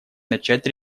начать